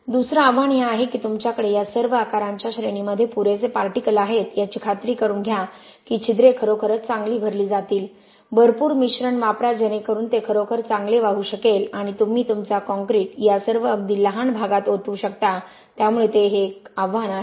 दुसरं आव्हान हे आहे की तुमच्याकडे या सर्व आकारांच्या श्रेणींमध्ये पुरेसे पार्टिकलआहेत याची खात्री करून घ्या की छिद्रे खरोखरच चांगली भरली जातील भरपूर मिश्रण वापरा जेणेकरून ते खरोखर चांगले वाहू शकेल आणि तुम्ही तुमचा काँक्रीट या सर्व अगदी लहान भागात ओतू शकता त्यामुळे ते आव्हान आहे